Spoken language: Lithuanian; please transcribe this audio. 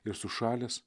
ir sušalęs